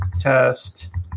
test